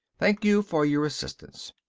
thank you for your assistance.